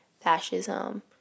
fascism